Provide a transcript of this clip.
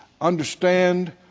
understand